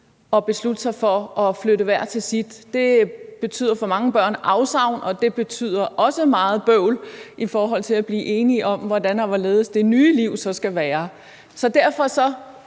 at beslutte sig for at flytte hver til sit. Det betyder for mange børn afsavn, og det betyder også meget bøvl i forhold til at blive enige om, hvordan og hvorledes det nye liv så skal være. Derfor